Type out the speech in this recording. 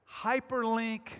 Hyperlink